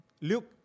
Luke